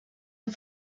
amb